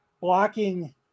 blocking